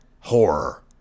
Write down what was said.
horror